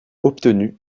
obtenu